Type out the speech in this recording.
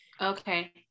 okay